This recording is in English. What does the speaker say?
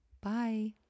Bye